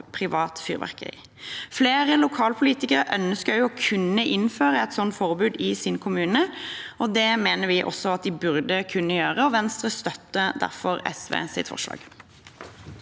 privat fyrverkeri. Flere lokalpolitikere ønsker å kunne innføre et sånt forbud i sin kommune, og det mener vi at de burde kunne gjøre. Venstre støtter derfor SVs forslag.